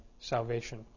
salvation